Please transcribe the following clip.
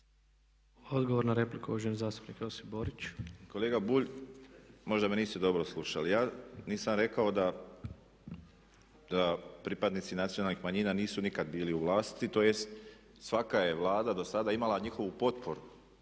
Odgovor na repliku, uvaženi zastupnik Josip Borić. **Borić, Josip (HDZ)** Kolega Bulj možda me niste dobro slušali. Ja nisam rekao da pripadnici nacionalnih manjina nisu nikad bili u vlasti tj. svaka je Vlada dosada imala njihovu potporu.